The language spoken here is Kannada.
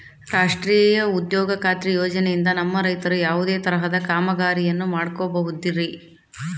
ರಾಷ್ಟ್ರೇಯ ಉದ್ಯೋಗ ಖಾತ್ರಿ ಯೋಜನೆಯಿಂದ ನಮ್ಮ ರೈತರು ಯಾವುದೇ ತರಹದ ಕಾಮಗಾರಿಯನ್ನು ಮಾಡ್ಕೋಬಹುದ್ರಿ?